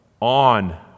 On